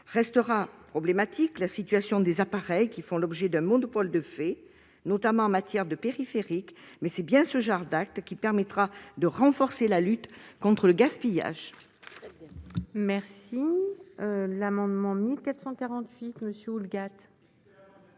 Restera problématique la situation des appareils qui font l'objet d'un monopole de fait, notamment en matière de périphériques, mais c'est bien ce genre d'actions qui permettra de renforcer la lutte contre le gaspillage.